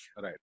Right